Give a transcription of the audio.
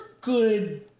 good